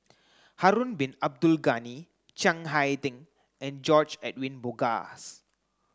Harun Bin Abdul Ghani Chiang Hai Ding and George Edwin Bogaars